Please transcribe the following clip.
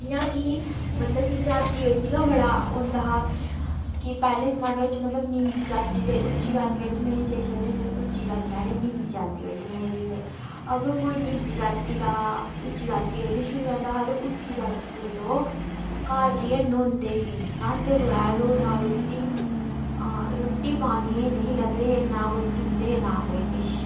जियां कि मतलब कि जाति बिच्च गै बड़ा होंदा हा कि पैह्ले जमान्ने बिच्च मतलब निंदी जाति दे उच्ची जाति बिच्च निहा जाई सकदे हे ते उच्ची जाति आह्ले निंदी जाति बिच्च नेहा जाई सकदे अगर कोई निंदी जाति दा उच्ची जाति कन्नै छ्होई जंदा हा तां उच्ची जाति दे लोक घर जाइयै न्होंदे हे न्हाते बगैर ओह् नां रुट्टी रूट्टी पानियै निहे लगदे हे नां कोई खंदे हे नां कोई किश